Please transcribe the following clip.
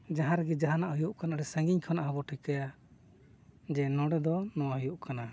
ᱡᱟᱦᱟᱸ ᱨᱮᱜᱮ ᱡᱟᱦᱟᱱᱟᱜ ᱦᱩᱭᱩᱜ ᱠᱟᱱᱟ ᱟᱹᱰᱤ ᱥᱟᱺᱜᱤᱧ ᱠᱷᱚᱱᱟᱜ ᱦᱚᱸᱵᱚᱱ ᱴᱷᱤᱠᱟᱹᱭᱟ ᱡᱮ ᱱᱚᱰᱮ ᱫᱚ ᱱᱚᱣᱟ ᱦᱩᱭᱩᱜ ᱠᱟᱱᱟ